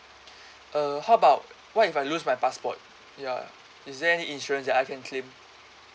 uh how about what if I lose my passport ya is there any insurance that I can claim